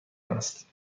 است